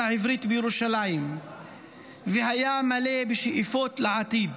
העברית בירושלים והיה מלא בשאיפות לעתיד.